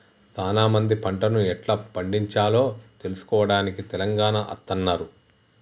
సానా మంది పంటను ఎట్లా పండిచాలో తెలుసుకోవడానికి తెలంగాణ అత్తన్నారు